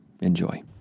Enjoy